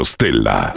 Stella